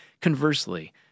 Conversely